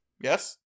Yes